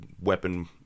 weapon